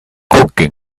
cooking